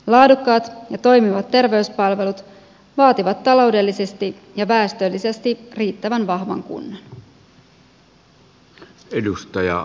laadukkaat ja toimivat terveyspalvelut vaativat taloudellisesti ja väestöllisesti riittävän vahvan kunnan